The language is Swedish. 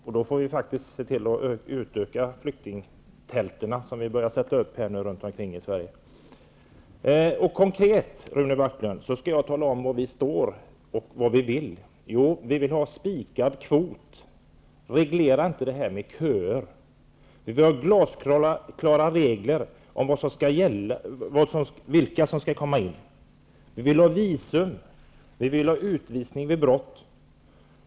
I så fall får vi faktiskt se till att sätta upp ännu fler flyktingtält än dem som vi nu har börjat sätta upp runt om i Sverige. Jag skall, Rune Backlund, konkret tala om var vi står och vad vi vill. Vi vill ha en spikad kvot, reglera inte det hela med köer. Vi vill ha glasklara regler om vilka som skall komma in. Vi vill ha visum och utvisning vid brott.